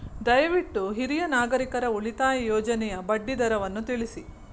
ದಯವಿಟ್ಟು ಹಿರಿಯ ನಾಗರಿಕರ ಉಳಿತಾಯ ಯೋಜನೆಯ ಬಡ್ಡಿ ದರವನ್ನು ತಿಳಿಸಿ